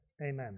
Amen